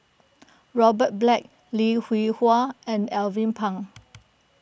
Robert Black Lim Hwee Hua and Alvin Pang